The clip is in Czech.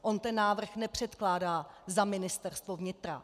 On ten návrh nepředkládá za Ministerstvo vnitra.